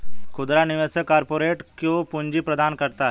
खुदरा निवेशक कारपोरेट को पूंजी प्रदान करता है